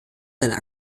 seiner